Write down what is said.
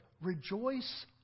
rejoice